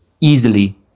easily